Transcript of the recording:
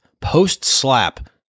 post-slap